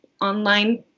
online